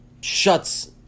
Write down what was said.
shuts